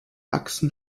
achsen